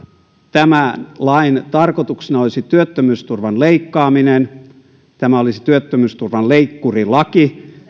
tämän lain tarkoituksena olisi työttömyysturvan leikkaaminen ja tämä olisi työttömyysturvan leikkurilaki